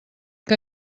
que